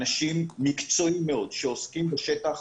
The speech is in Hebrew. אנשים מקצועיים מאוד שעוסקים בשטח,